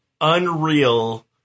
unreal